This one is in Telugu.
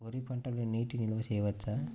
వరి పంటలో నీటి నిల్వ చేయవచ్చా?